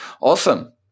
Awesome